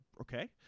Okay